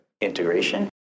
integration